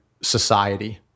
society